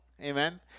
Amen